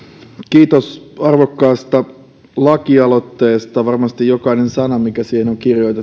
kiitos arvokkaasta lakialoitteesta varmasti jokainen sana mikä siihen on kirjoitettu